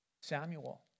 Samuel